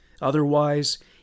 Otherwise